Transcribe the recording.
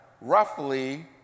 roughly